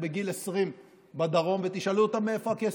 בגיל 20 בדרום ותשאלו אותם מאיפה הכסף?